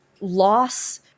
loss